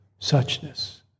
Suchness